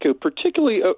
particularly